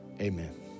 Amen